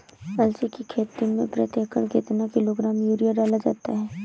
अलसी की खेती में प्रति एकड़ कितना किलोग्राम यूरिया डाला जाता है?